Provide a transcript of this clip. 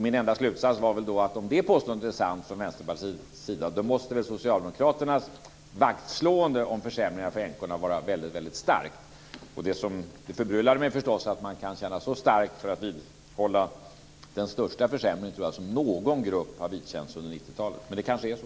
Min enda slutsats var att om det påståendet var sant från Vänsterpartiets sida måste Socialdemokraternas vaktslående om försämringarna för änkorna vara väldigt starkt. Det förbryllade mig att man kan känna så starkt för att vidhålla den största försämring, tror jag, som någon grupp har vidkänts under 90-talet. Men det kanske är så.